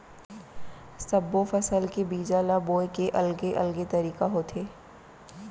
सब्बो फसल के बीजा ल बोए के अलगे अलगे तरीका होथे